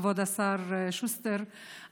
כבוד השר שוסטר,